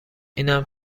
اینم